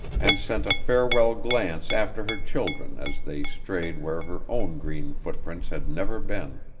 and sent a farewell glance after her children as they strayed where her own green footprints had never been.